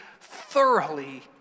thoroughly